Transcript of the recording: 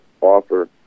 offer